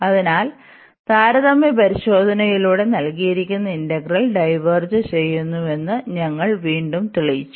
അതിനാൽ താരതമ്യ പരിശോധനയിലൂടെ നൽകിയിരിക്കുന്ന ഇന്റഗ്രൽ ഡൈവേർജ് ചെയ്യുന്നുവെന്ന് ഞങ്ങൾ വീണ്ടും തെളിയിച്ചു